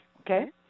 okay